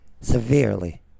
Severely